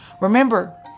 Remember